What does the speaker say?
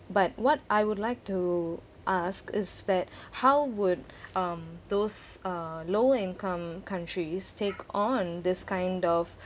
but what I would like to ask is that how would um those uh low-income countries take on this kind of